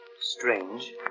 Strange